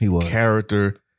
character